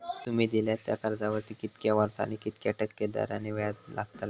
तुमि दिल्यात त्या कर्जावरती कितक्या वर्सानी कितक्या टक्के दराने व्याज लागतला?